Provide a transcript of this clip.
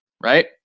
Right